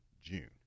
June